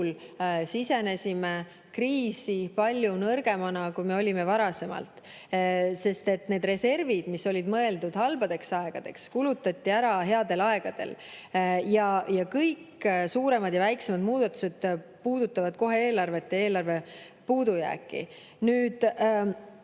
kui varasemalt, sest need reservid, mis olid mõeldud halbadeks aegadeks, kulutati headel aegadel ära. Ja kõik suuremad ja väiksemad muudatused puudutavad kohe eelarvet ja eelarve puudujääki. See